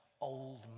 old